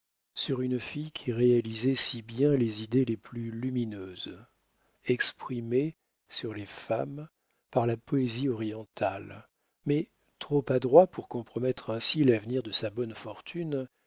sur une fille qui réalisait si bien les idées les plus lumineuses exprimées sur les femmes par la poésie orientale mais trop adroit pour compromettre ainsi l'avenir de sa bonne fortune